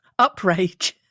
Uprage